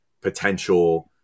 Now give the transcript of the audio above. potential